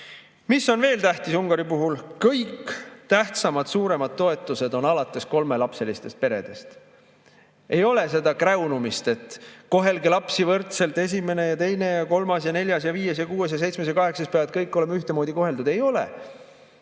Mis on veel tähtis Ungari puhul: kõik tähtsamad suuremad toetused on alates kolmelapselistest peredest. Ei ole seda kräunumist, et kohelge lapsi võrdselt: esimene ja teine ja kolmas ja neljas ja viies ja kuues ja seitsmes ja kaheksas peavad kõik olema ühtemoodi koheldud. Ei ole